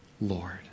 Lord